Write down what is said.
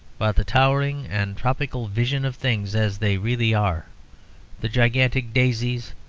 but the towering and tropical vision of things as they really are the gigantic daisies,